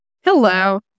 Hello